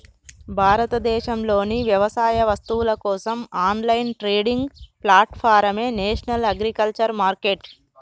భారతదేశంలోని వ్యవసాయ వస్తువుల కోసం ఆన్లైన్ ట్రేడింగ్ ప్లాట్ఫారమే నేషనల్ అగ్రికల్చర్ మార్కెట్